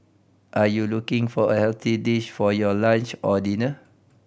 are you looking for a healthy dish for your lunch or dinner